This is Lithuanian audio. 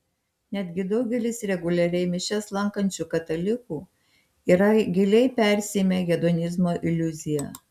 netgi daugelis reguliariai mišias lankančių katalikų yra giliai persiėmę hedonizmo iliuzija